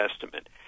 Testament